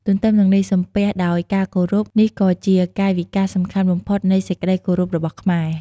ទន្ទឹមនឹងនេះ សំពះដោយការគោរព នេះក៏ជាកាយវិការសំខាន់បំផុតនៃសេចក្តីគោរពរបស់ខ្មែរ។